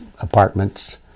apartments